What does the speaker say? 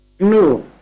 No